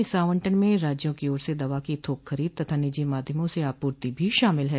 इस आवंटन में राज्यों की ओर से दवा की थोक खरीद तथा निजी माध्यमों से आपूर्ति भी शामिल है